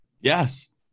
Yes